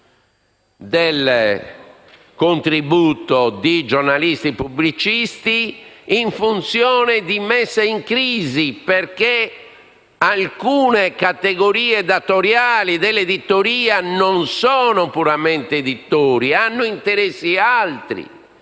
del contributo di giornalisti pubblicisti in funzione di messe in crisi, perché alcune categorie datoriali dell'editoria non sono puramente editori, ma hanno interessi altri